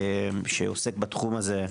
שעוסק בתחום הזה,